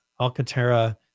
alcatara